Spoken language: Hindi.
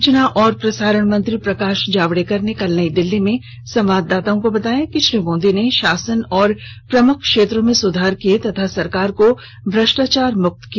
सूचना और प्रसारण मंत्री प्रकाश जावडेकर ने कल नई दिल्ली में संवाददाताओं को बताया कि श्री मोदी ने शासन और प्रमुख क्षेत्रों में सुधार किए तथा सरकार को भ्रष्टाचार से मुक्त किया